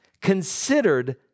considered